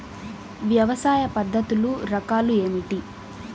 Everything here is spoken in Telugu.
వ్యవసాయ పద్ధతులు రకాలు ఏమిటి?